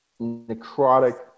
necrotic